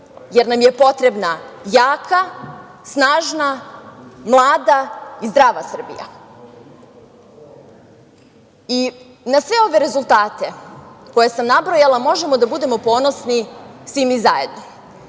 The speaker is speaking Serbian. jer nam je potrebna jaka, snažna, mlada i zdrava Srbija. Na sve ove rezultate koje sam nabrojala možemo da budemo ponosni svi mi zajedno,